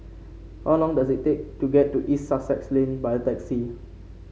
how long does it take to get to East Sussex Lane by taxi